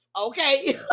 okay